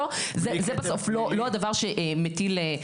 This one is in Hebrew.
בסוף זה לא הדבר שמטיל זה.